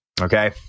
Okay